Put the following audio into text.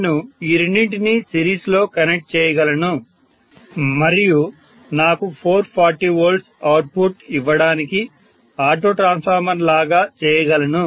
నేను ఈ రెండింటిని సిరీస్లో కనెక్ట్ చేయగలను మరియు నాకు 440 V అవుట్పుట్ ఇవ్వడానికి ఆటో ట్రాన్స్ఫార్మర్ లాగా చేయగలను